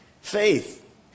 faith